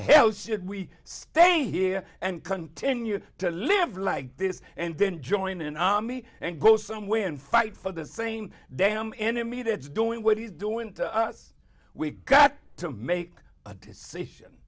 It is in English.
hell should we stay here and continue to live like this and then join an army and go somewhere and fight for the same damn enemy that's doing what he's doing to us we've got to make a decision